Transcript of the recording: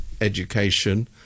education